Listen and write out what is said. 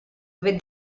with